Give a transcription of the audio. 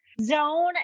zone